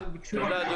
תודה.